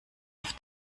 auf